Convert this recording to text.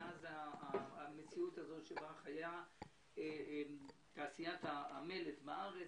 מאז המציאות הזאת של תעשיית המלט בארץ,